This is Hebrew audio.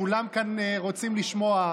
כולם כאן רוצים לשמוע,